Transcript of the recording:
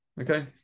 Okay